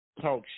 talk